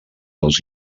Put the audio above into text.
als